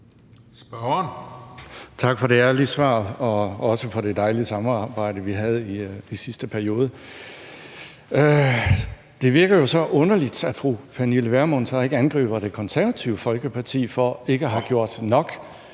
Tak for det ærlige svar og også for det dejlige samarbejde, vi havde i sidste periode. Det virker jo underligt, at fru Pernille Vermund så ikke angriber Det Konservative Folkeparti for ikke at have gjort nok,